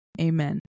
amen